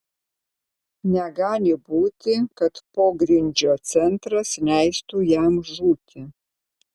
negali būti kad pogrindžio centras leistų jam žūti